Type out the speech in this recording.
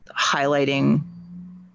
highlighting